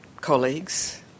colleagues